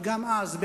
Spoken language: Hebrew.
וגם אז,